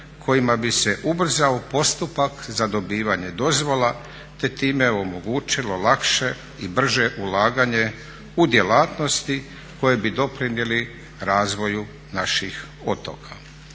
kojima bi se ubrzao postupak za dobivanje dozvola te time omogućilo lakše i brže ulaganje u djelatnosti koje bi doprinijele razvoju naših otoka.